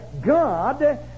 God